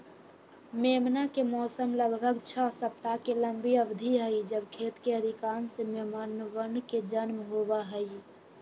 मेमना के मौसम लगभग छह सप्ताह के लंबी अवधि हई जब खेत के अधिकांश मेमनवन के जन्म होबा हई